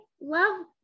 love